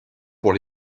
pour